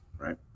Right